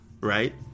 right